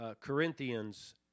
Corinthians